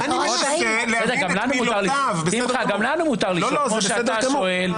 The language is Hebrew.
גם לנו מותר לשאול כפי שאתה שואל.